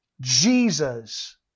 Jesus